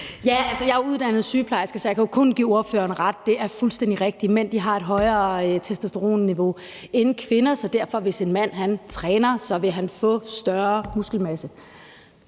jeg er jo uddannet sygeplejerske, så jeg kan kun give ordføreren ret. Det er fuldstændig rigtigt, at mænd har et højere testosteronniveau end kvinder, så derfor vil en mand, hvis han træner, få en større muskelmasse.